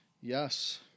Yes